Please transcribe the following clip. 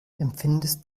empfindest